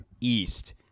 East